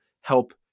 help